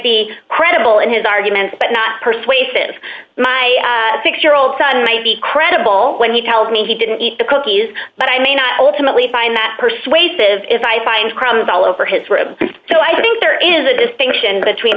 be credible in his arguments but not persuasive my six year old son might be credible when he tells me he didn't eat the cookies but i may not ultimately find that persuasive if i find problems all over his room so i think there is a distinction between